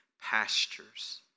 pastures